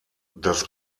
das